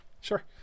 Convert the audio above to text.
Sure